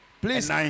please